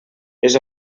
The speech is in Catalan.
les